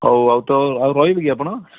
ହଉ ଆଉ ତ ଆଉ ରହିବେ କି ଆପଣ